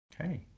Okay